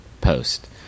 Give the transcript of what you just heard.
Post